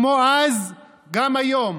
כמו אז גם היום,